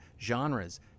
genres